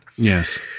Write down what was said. Yes